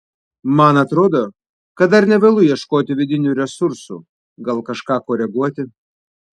man atrodo kad dar ne vėlu ieškoti vidinių resursų gal kažką koreguoti